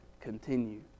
continue